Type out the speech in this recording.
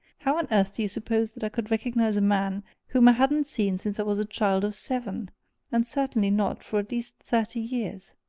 how on earth do you suppose that i could recognize a man whom i hadn't seen since i was a child of seven and certainly not for at least thirty years?